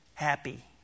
happy